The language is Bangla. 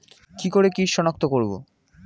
কি করে কিট শনাক্ত করব?